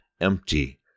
empty